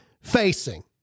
facing